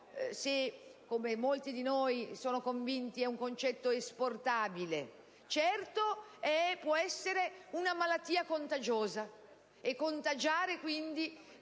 se - come molti di noi sono convinti - sia un concetto esportabile. Certo, può essere una "malattia" contagiosa e può contagiare quindi